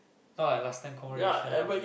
not like last time combat ration lousy